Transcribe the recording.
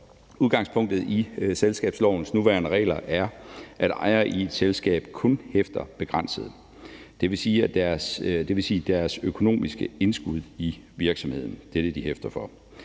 udgangspunktet i selskabslovens nuværende regler, at ejere i et selskab kun hæfter begrænset; det vil sige, at de kun hæfter for deres økonomiske indskud i virksomheden. Den begrænsede hæftelse